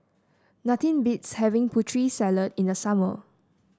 nothing beats having Putri Salad in the summer